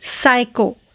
Psycho